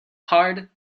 hard